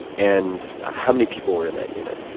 and how many people were in that unit?